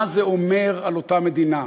מה זה אומר על אותה מדינה.